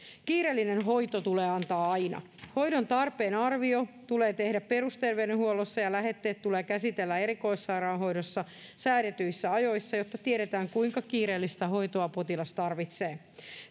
kiireellinen hoito tulee antaa aina hoidon tarpeen arvio tulee tehdä perusterveydenhuollossa ja lähetteet tulee käsitellä erikoissairaanhoidossa säädetyissä ajoissa jotta tiedetään kuinka kiireellistä hoitoa potilas tarvitsee